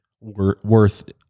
worth